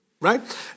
Right